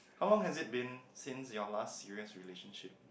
how long has it been since your last serious relationship